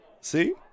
See